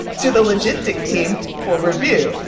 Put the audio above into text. to the logistics team for review.